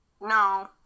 No